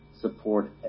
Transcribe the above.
support